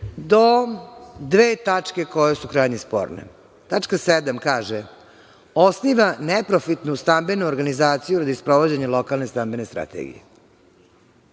do dve tačke koje su krajnje sporne. Tačka 7) kaže – osniva neprofitnu stambenu organizaciju ili sprovođenje lokalne stambene strategije.